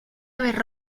haber